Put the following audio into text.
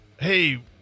hey